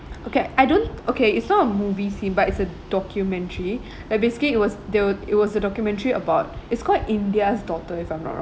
okay I don't okay it's not a movie scene but it's a documentary like basically it was there were it was a documentary about it's called india's daughter if I'm not wrong